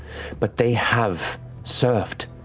but they have served